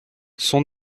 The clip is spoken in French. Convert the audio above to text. son